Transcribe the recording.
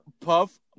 Puff